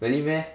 really meh